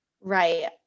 Right